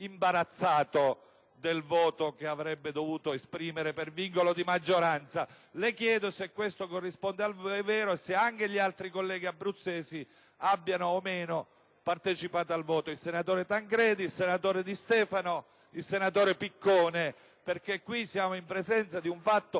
imbarazzato del voto che avrebbe dovuto esprimere per vincolo di maggioranza. Le chiedo, senatore Pastore, se questo corrisponde al vero e se anche gli altri colleghi abruzzesi abbiano o meno partecipato al voto (mi riferisco al senatore Tancredi, al senatore Di Stefano e al senatore Piccone), perché qui siamo in presenza di un fatto